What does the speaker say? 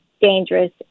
dangerous